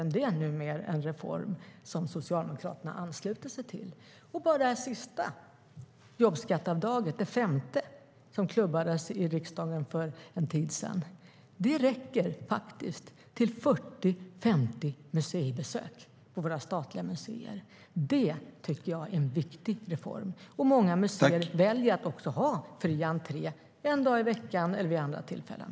Numera är det en reform som Socialdemokraterna ansluter sig till. Det femte jobbskatteavdraget som klubbades i riksdagen för en tid sedan räcker till 40-50 museibesök på våra statliga museer. Det är en viktig reform. Många museer väljer att ha fri entré en dag i veckan eller vid andra tillfällen.